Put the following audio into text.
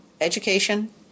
education